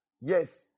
Yes